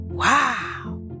Wow